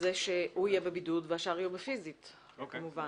שהוא יהיה בבידוד והשאר יהיו בפיסית כמובן.